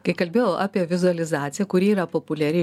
kai kalbėjau apie vizualizaciją kuri yra populiari